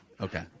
Okay